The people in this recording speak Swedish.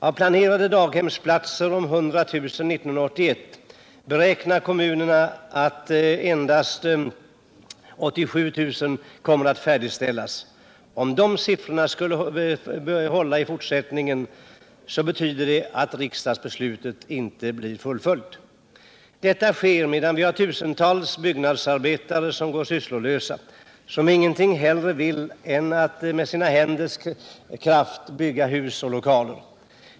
Av de planerade 100 000 daghemsplatserna år 1981 beräknar kommunerna endast kunna färdigställa 87 000. Om dessa siffror skulle hålla i fortsättningen, betyder det att riksdagsbeslutet inte fullföljs. Detta sker medan tusentals byggnadsarbetare går sysslolösa, byggnadsarbetare som ingenting hellre vill än att med sina händers kraft bygga hus och lokaler.